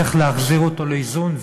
צריך להחזיר אותו לאיזון,